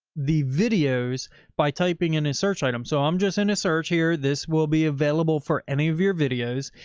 the videos by typing in a search item. so i'm just in a search here. this will be available for any of your videos.